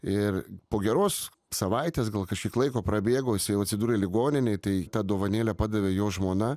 ir po geros savaitės gal kažkiek laiko prabėgo jisai jau atsidurė ligoninėj tai tą dovanėlę padavė jo žmona